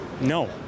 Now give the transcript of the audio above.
no